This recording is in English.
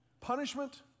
punishment